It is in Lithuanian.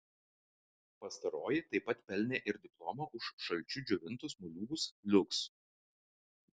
pastaroji taip pat pelnė ir diplomą už šalčiu džiovintus moliūgus liuks